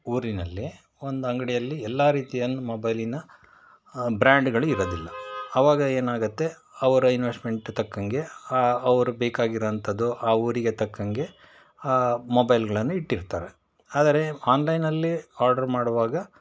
ಊರಿನಲ್ಲಿ ಒಂದು ಅಂಗಡಿಯಲ್ಲಿ ಎಲ್ಲ ರೀತಿಯ ಮೊಬೈಲಿನ ಬ್ರ್ಯಾಂಡ್ಗಳು ಇರೋದಿಲ್ಲ ಆವಾಗ ಏನಾಗುತ್ತೆ ಅವರ ಇನ್ವೆಸ್ಟ್ಮೆಂಟ್ ತಕ್ಕಂಗೆ ಅವ್ರು ಬೇಕಾಗಿರೊ ಅಂಥದ್ದು ಆ ಊರಿಗೆ ತಕ್ಕಂಗೆ ಮೊಬೈಲ್ಗಳನ್ನು ಇಟ್ಟಿರ್ತಾರೆ ಆದರೆ ಆನ್ಲೈನಲ್ಲಿ ಆರ್ಡರ್ ಮಾಡುವಾಗ